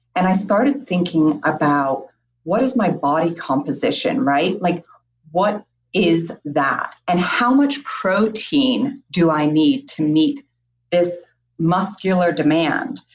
and i started thinking about what is my body composition? like what is that and how much protein do i need to meet this muscular demand?